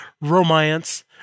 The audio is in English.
romance